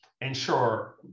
Ensure